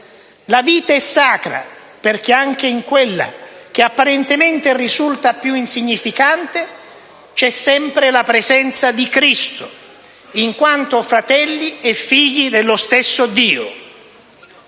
La vita è sacra perché anche in quella che apparentemente risulta più insignificante vi è sempre la presenza di Cristo, in quanto siamo tutti fratelli e figli dello stesso Dio.